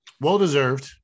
Well-deserved